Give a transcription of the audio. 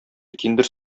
киндер